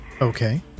okay